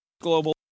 Global